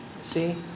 See